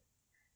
oh